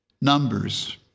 Numbers